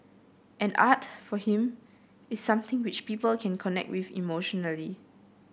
and art for him is something which people can connect with emotionally